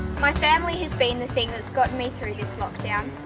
my family has been the thing that's got me through this lockdown.